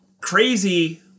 crazy